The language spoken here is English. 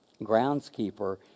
groundskeeper